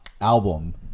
album